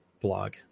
blog